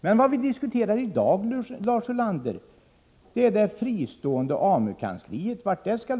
Men vad vi diskuterar i dag, Lars Ulander, är vart det fristående AMU-kansliet skall lokaliseras.